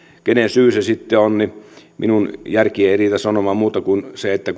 kenen syy se sitten on siitä minun järkeni ei riitä sanomaan muuta kuin sen että